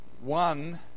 one